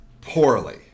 poorly